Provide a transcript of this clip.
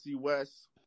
West